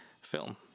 film